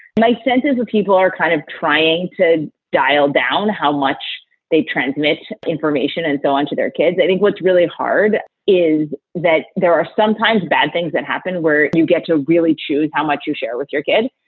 my sense is that people are kind of trying to dial down how much they transmit information and so on to their kids. i think what's really hard is that there are sometimes bad things that happen where you get to really choose how much you share with your kid.